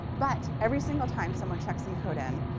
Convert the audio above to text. but every single time someone checks some code in,